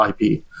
IP